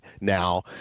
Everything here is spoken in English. now